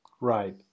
Right